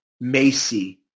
Macy